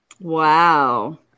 Wow